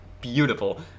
beautiful